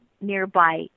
nearby